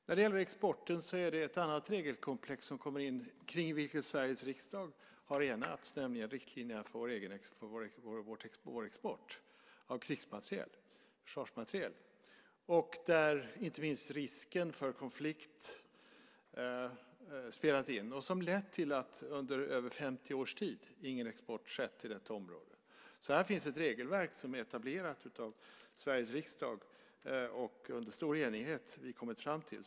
När det gäller exporten är det ett annat regelkomplex som kommer in, och om detta har Sveriges riksdag enats, nämligen riktlinjerna för vår export av krigsmateriel och försvarsmateriel, där inte minst risken för konflikt spelat in och som lett till att ingen export har skett till detta område under mer än 50 års tid. Här finns alltså ett regelverk som är etablerat av Sveriges riksdag och som vi under stor enighet har kommit fram till.